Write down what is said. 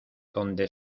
donde